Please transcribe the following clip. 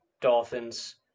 Dolphins